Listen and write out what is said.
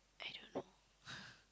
I don't know